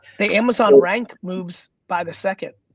the amazon rank moves by the second.